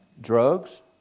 drugs